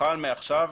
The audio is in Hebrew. יוכל מעכשיו,